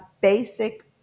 basic